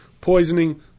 poisoning